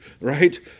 right